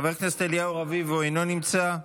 חבר הכנסת אליהו רביבו, אינו נמצא.